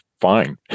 fine